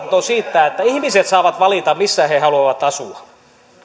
siitä että ihmiset saavat valita missä he haluavat asua